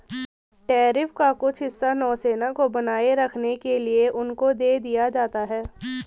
tariff का कुछ हिस्सा नौसेना को बनाए रखने के लिए उनको दे दिया जाता है